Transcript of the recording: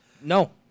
No